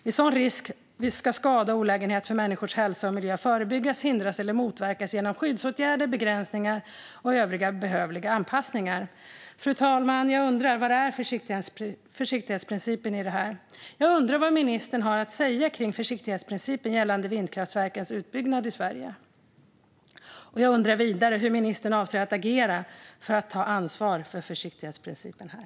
Vid sådan risk ska skada och olägenhet för människors hälsa och miljön förebyggas, hindras eller motverkas genom skyddsåtgärder, begränsningar och övriga behövliga anpassningar. Fru talman! Jag frågar igen: Var är försiktighetsprincipen i det här? Jag undrar vad ministern har att säga om försiktighetsprincipen gällande utbyggnaden av vindkraft i Sverige. Jag undrar vidare hur ministern avser att agera för att ta ansvar för försiktighetsprincipen här.